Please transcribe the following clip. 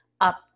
up